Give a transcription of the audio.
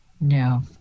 no